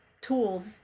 tools